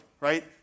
right